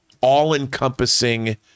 all-encompassing